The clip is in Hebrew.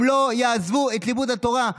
הם לא יעזבו את לימוד התורה.